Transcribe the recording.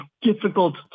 difficult